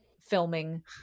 filming